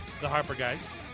theharperguys